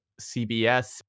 CBS